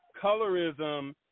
colorism